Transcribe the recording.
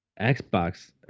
Xbox